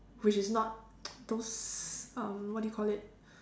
which is not those um what do you call it